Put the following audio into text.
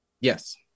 Yes